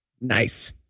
Nice